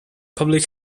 public